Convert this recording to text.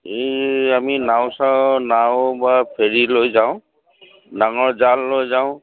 এই আমি নাও চাও নাও বা ফেৰি লৈ যাওঁ ডাঙৰ জাল লৈ যাওঁ